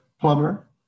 plumber